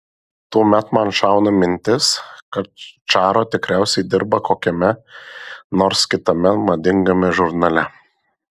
tuomet man šauna mintis kad čaro tikriausiai dirba kokiame nors kitame madingame žurnale